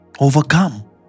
Overcome